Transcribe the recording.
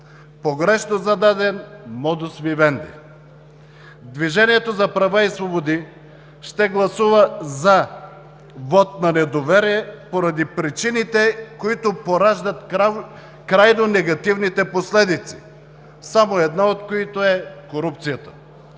погрешно зададен Модус Вивенди. Движението за права и свободи ще гласува „за“ вот на недоверие поради причините, които пораждат крайно негативните последици, само една от които е корупцията.